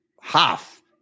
half